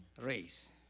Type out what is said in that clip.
race